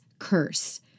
Curse